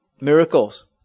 Miracles